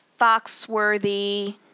Foxworthy